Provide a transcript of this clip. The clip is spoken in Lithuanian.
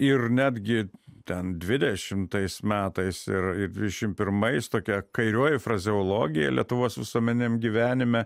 ir netgi ten dvidešimtais metais ir ir dvidešim pirmais tokia kairioji frazeologija lietuvos visuomeniniame gyvenime